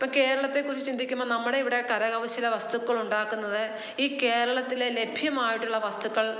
ഇപ്പം കേരളത്തെക്കുറിച്ച് ചിന്തിക്കുമ്പം നമ്മുടെ ഇവിടെ കരകൗശല വസ്തുക്കളുണ്ടാക്കുന്നത് ഈ കേരളത്തിലെ ലഭ്യമായിട്ടുള്ള വസ്തുക്കൾ